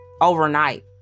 overnight